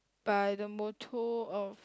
by the motto of